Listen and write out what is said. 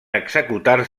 executar